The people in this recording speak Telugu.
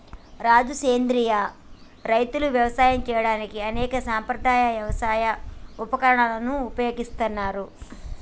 రాజు సెంద్రియ రైతులు యవసాయం సేయడానికి అనేక సాంప్రదాయ యవసాయ ఉపకరణాలను ఉపయోగిస్తారు